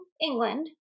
england